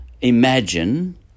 imagine